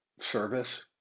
service